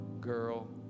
girl